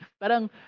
Parang